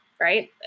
right